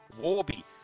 Warby